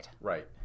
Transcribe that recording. Right